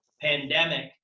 pandemic